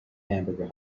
hamburger